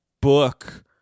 book